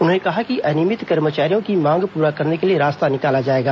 उन्होंने कहा कि अनियमित कर्मचारियों की मांग प्ररा करने के लिए रास्ता निकाला जाएगा